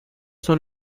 son